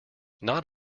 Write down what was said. not